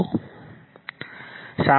સંદર્ભ સમય 2535